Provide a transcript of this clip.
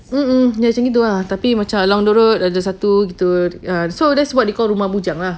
mm mm macam itu lah along the road ada satu err so that's what they call rumah bujang lah